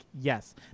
Yes